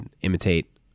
imitate